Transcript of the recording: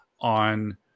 on